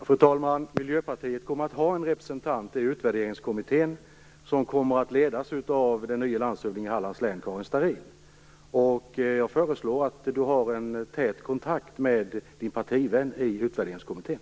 Fru talman! Miljöpartiet kommer att ha en representant i utvärderingskommittén, som skall ledas av den nya landshövdingen i Hallands län, Karin Starrin. Jag föreslår att Annika Nordgren har en tät kontakt med sin partivän i utvärderingskommittén.